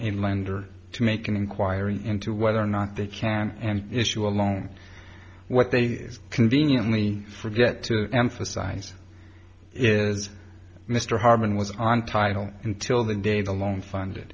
lender to make an inquiry into whether or not they can and issue alone what they conveniently forget to emphasize is mr harmon was on title until the day of the loan fund